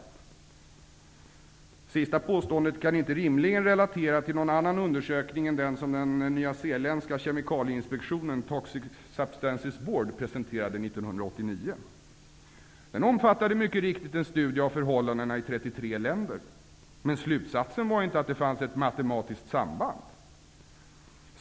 Det sista påståendet kan inte rimligen relatera till någon annan undersökning än den som den nyzeeländska kemikalieinspektionen, Toxic Substances Board, presenterade 1989. Den omfattade mycket riktigt en studie av förhållandena i 33 länder. Men slutsatsen var inte att det fanns ett matematiskt samband.